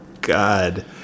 God